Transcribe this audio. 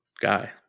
Guy